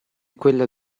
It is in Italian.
quella